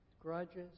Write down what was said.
grudges